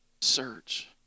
Search